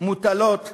מוטלות גופותינו,